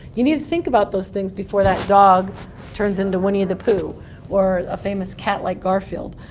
you need to think about those things before that dog turns into winnie-the-pooh or a famous cat like garfield.